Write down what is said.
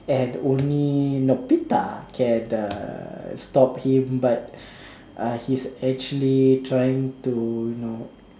and only Nobita can uh stop him but uh he's actually trying to you know